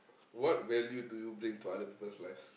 what value do you bring to other people's lives